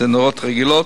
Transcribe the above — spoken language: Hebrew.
זה נורות רגילות,